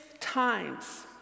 times